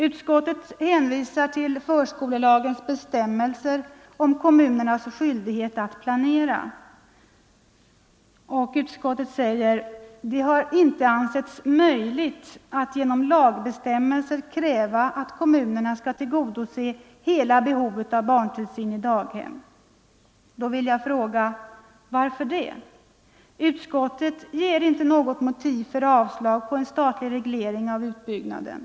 Utskottet hänvisar till förskolelagens bestämmelser om kommunernas skyldighet att planera: ”Det har inte ansetts möjligt att genom lagbestämmelser kräva att kommunerna skall tillgodose hela behovet av barntillsyn i daghem.” Då vill jag fråga: Varför det? Utskottet ger inte något motiv för sitt avstyrkande av förslaget om statlig reglering av utbyggnaden.